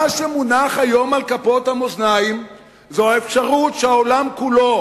מה שמונח היום על כפות המאזניים זה האפשרות שהעולם כולו